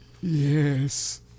Yes